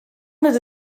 nad